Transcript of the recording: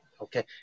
okay